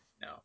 No